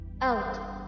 Out